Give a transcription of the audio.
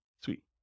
Sweet